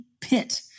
pit